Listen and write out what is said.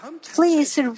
Please